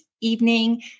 evening